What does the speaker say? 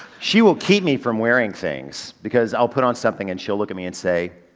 she will keep me from wearing things because i'll put on something and she'll look at me and say,